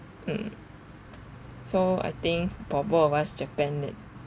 mm so I think for both of us japan it